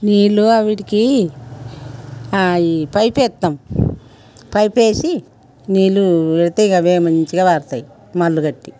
నీళ్ళు అవిటికి ఈ పైపేస్తాము పైపేసి నీళ్ళు పెడితే ఇంక అవే మంచిగా పారతాయి మల్లుగట్టి